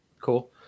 cool